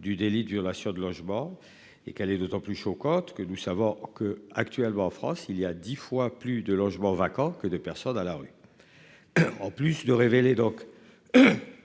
du délit de violation de logement et qu'elle est d'autant plus choquante que nous savons que actuellement en France il y a 10 fois plus de logements vacants que de personnes à la rue. En plus de révéler donc.